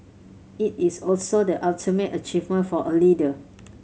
it is also the ultimate achievement for a leader